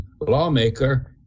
lawmaker